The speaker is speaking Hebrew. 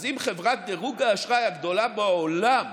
אז אם חברת דירוג האשראי הגדולה בעולם,